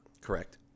Correct